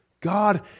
God